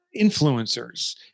influencers